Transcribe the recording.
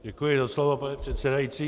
Děkuji za slovo, pane předsedající.